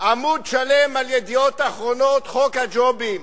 עמוד שלם ב"ידיעות אחרונות": חוק הג'ובים.